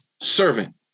servant